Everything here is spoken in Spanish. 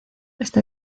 esta